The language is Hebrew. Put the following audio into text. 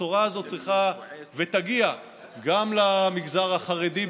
הבשורה הזאת צריכה ותגיע גם למגזר החרדי,